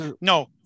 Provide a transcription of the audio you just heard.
no